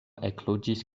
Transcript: ekloĝis